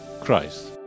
Christ